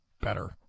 better